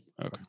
Okay